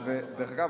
דרך אגב,